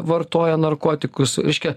vartoja narkotikus reiškia